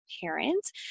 parents